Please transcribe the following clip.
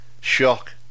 shock